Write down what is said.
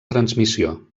transmissió